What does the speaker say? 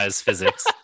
physics